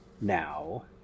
now